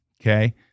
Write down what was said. okay